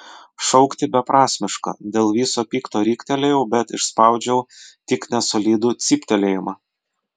šaukti beprasmiška dėl viso pikto riktelėjau bet išspaudžiau tik nesolidų cyptelėjimą